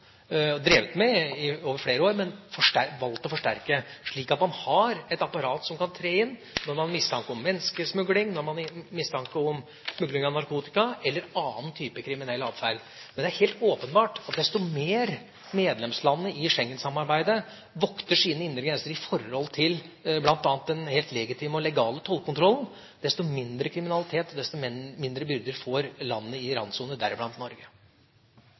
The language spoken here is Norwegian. drevet med det over flere år, men valgt å forsterke, slik at man har et apparat som kan tre inn når man har mistanke om menneskesmugling, og når man har mistanke om smugling av narkotika eller annen type kriminell atferd. Men det er helt åpenbart at jo mer medlemslandene i Schengensamarbeidet vokter sine indre grenser i forhold til bl.a. den helt legitime og legale tollkontrollen, desto mindre kriminalitet og mindre byrder får landene i randsonene, deriblant Norge.